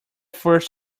first